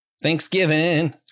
Thanksgiving